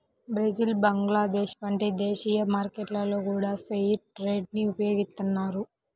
Brazil Bangladesh వంటి దేశీయ మార్కెట్లలో గూడా ఫెయిర్ ట్రేడ్ ని ఉపయోగిత్తన్నారు